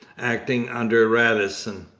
acting under radisson.